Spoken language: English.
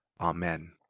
Amen